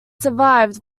survived